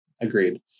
Agreed